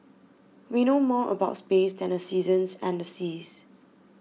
we know more about space than the seasons and the seas